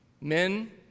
men